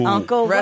Uncle